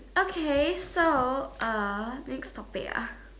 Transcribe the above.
okay so uh next topic ah